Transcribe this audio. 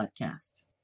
Podcast